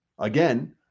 again